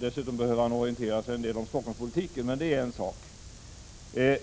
Dessutom behöver han orientera sig en del om Stockholmspolitiken — men det är en annan sak.